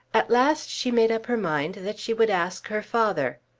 at last she made up her mind that she would ask her father.